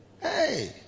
Hey